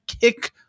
kick